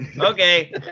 okay